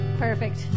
Perfect